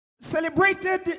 celebrated